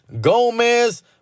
Gomez